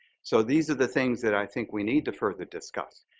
so these are the things that i think we need to further discuss.